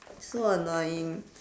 so annoying